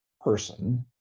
person